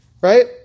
Right